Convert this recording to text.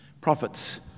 Prophets